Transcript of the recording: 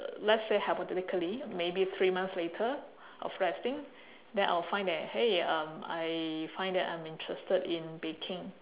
let's say hypothetically maybe three months later of resting then I will find that !hey! um I find that I'm interested in baking